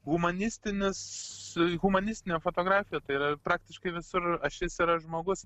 humanistinis humanistinė fotografija tai yra praktiškai visur ašis yra žmogus